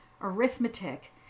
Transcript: Arithmetic